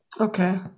Okay